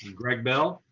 greg bell.